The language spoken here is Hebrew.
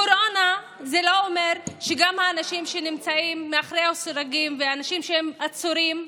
קורונה זה לא אומר שהאנשים שנמצאים מאחורי הסורגים ואנשים שהם עצורים,